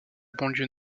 banlieue